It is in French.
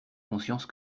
conscience